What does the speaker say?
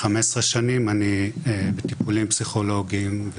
15 שנים אני בטיפולים פסיכולוגיים,